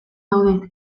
daude